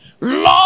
Lord